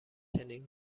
چنین